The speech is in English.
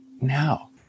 now